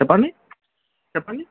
చెప్పండి చెప్పండి